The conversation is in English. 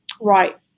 Right